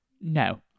No